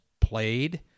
played